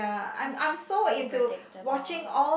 are you so predictable